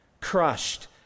Crushed